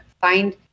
find